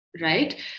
right